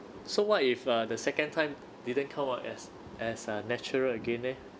so what if uh the second time didn't come out as as a natural again leh